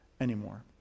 anymore